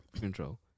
control